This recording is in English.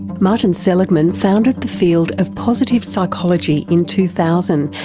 martin seligman founded the field of positive psychology in two thousand,